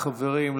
לחברים,